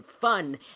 fun